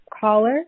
Caller